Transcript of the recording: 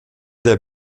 der